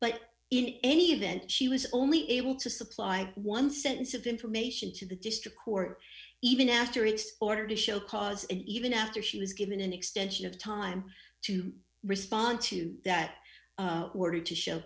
but in any event she was only able to supply one sentence of information to the district court even after its order to show cause even after she was given an extension of time to respond to that order to show